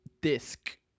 disc